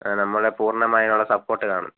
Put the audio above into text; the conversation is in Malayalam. ആ നമ്മളെ പൂർണമായുള്ള സപ്പോർട്ട് കാണും